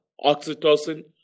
oxytocin